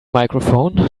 microphone